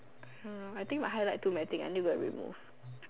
ya lor I think my highlight too many thing I need to go remove